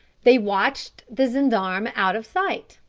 they watched the gendarme out of sight.